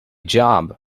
job